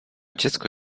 dziecko